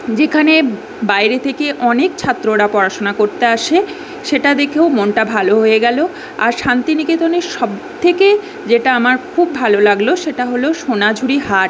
যেখানে বাইরে থেকে অনেক ছাত্ররা পড়াশোনা করতে আসে সেটা দেখেও মনটা ভালো হয়ে গেলো আর শান্তিনিকেতনের সব থেকে যেটা আমার খুব ভালো লাগলো সেটা হলো সোনাঝুরি হাট